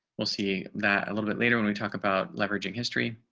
we'll see that a little bit later when we talk about leveraging history.